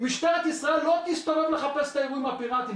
משטרת ישראל לא תסתובב לחפש את האירועים הפיראטיים,